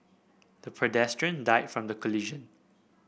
the pedestrian died from the collision